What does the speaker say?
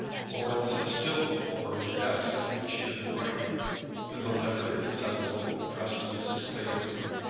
florence had still before her the desk on which she had been writing and the letter in its envelope addressed to mrs. clavering,